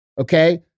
okay